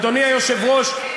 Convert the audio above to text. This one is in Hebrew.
אדוני היושב-ראש,